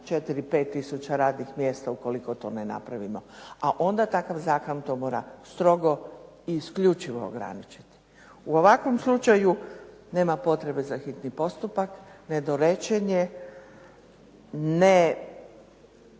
4, 5 tisuća radnih mjesta ukoliko to ne napravimo. A onda takav zakon to mora strogo i isključivo ograničiti. U ovakvom slučaju nema potrebe za hitni postupak, nedorečen je,